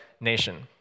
nation